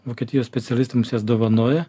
vokietijos specialistams jas dovanoja